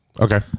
Okay